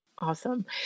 Awesome